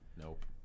Nope